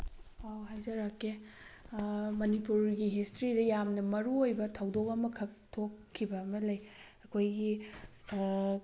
ꯑꯧ ꯍꯥꯏꯖꯔꯛꯀꯦ ꯃꯅꯤꯄꯨꯔꯒꯤ ꯍꯤꯁꯇ꯭ꯔꯤꯗ ꯌꯥꯝꯅ ꯃꯔꯨ ꯑꯣꯏꯕ ꯊꯧꯗꯣꯛ ꯑꯃꯈꯛ ꯊꯣꯛꯈꯤꯕ ꯑꯃ ꯂꯩ ꯑꯩꯈꯣꯏꯒꯤ